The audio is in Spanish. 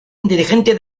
inteligente